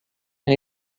and